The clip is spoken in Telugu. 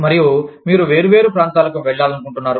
మరియు మీరు వేర్వేరు ప్రాంతాలకు వెళ్లాలనుకుంటున్నారు